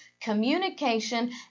communication